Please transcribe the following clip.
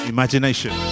Imagination